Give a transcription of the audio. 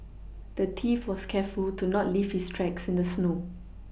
the thief was careful to not leave his tracks in the snow